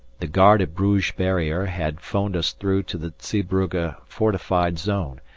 the guard at bruges barrier had phoned us through to the zeebrugge fortified zone,